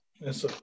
yes